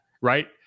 right